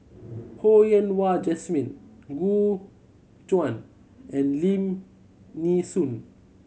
Ho Yen Wah Jesmine Gu Juan and Lim Nee Soon